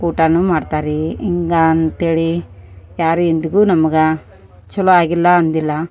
ಊಟಾನು ಮಾಡ್ತಾರೆ ರೀ ಹಿಂಗ ಅಂತೇಳಿ ಯಾರು ಇಂದಿಗು ನಮಗ ಚಲೋ ಆಗಿಲ್ಲ ಅಂದಿಲ್ಲ